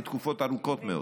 לתקופות ארוכות מאוד